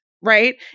right